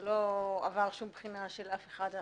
זה לא עבר שום בחינה של אף אחד.